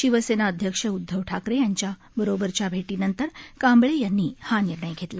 शिवसेना अध्यक्ष उद्धव ठाकरे यांच्यासोबतच्या भेटीनंतर कांबळे यांनी हा निर्णय घेतला